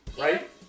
right